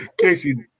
Casey